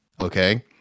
Okay